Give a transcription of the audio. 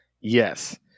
Yes